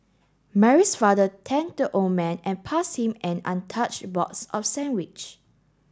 Mary's father thanked the old man and passed him an untouched box of sandwich